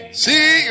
see